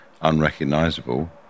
unrecognizable